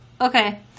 Okay